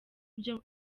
bya